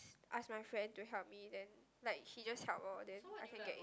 ask my friend to help me then like he just help lor then I can get in